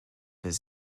his